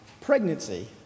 pregnancy